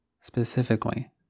Specifically